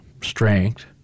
strength